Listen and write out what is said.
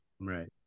Right